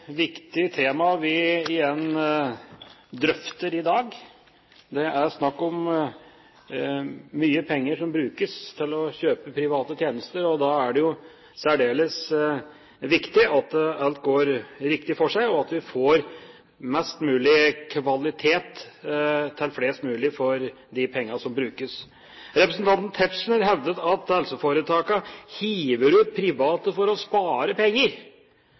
vi igjen drøfter i dag. Det er snakk om mye penger som brukes til å kjøpe private tjenester, og da er det jo særdeles viktig at alt går riktig for seg, og at vi får mest mulig kvalitet til flest mulig for de pengene som brukes. Representanten Tetzschner hevdet at helseforetakene hiver ut private for å spare penger.